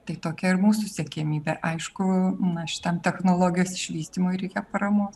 tai tokia ir mūsų siekiamybė aišku na šitam technologijos išvystymui reikia paramos